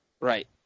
Right